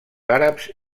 àrabs